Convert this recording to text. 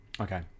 Okay